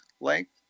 length